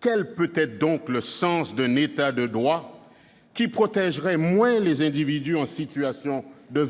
Quel peut être le sens d'un État de droit qui protégerait moins les individus en situation de